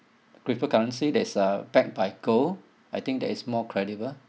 cryptocurrency that's uh backed by gold I think that is more credible